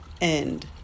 end